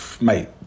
mate